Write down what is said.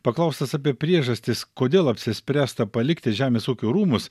paklaustas apie priežastis kodėl apsispręsta palikti žemės ūkio rūmus